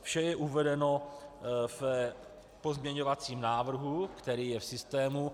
Vše je uvedeno v pozměňovacím návrhu, který je v systému.